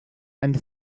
and